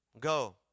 Go